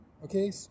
Okay